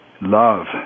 love